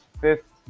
Fifth